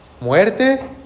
muerte